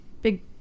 big